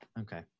okay